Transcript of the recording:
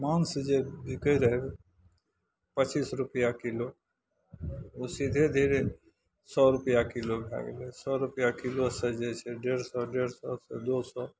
मासु जे बिकै रहै पचीस रुपैआ किलो ओ सीधे धीरे सए रुपैआ किलो भए गेलै सए रुपैआ किलोसँ जे छै डेढ़ सए डेढ़ सएसँ दू सए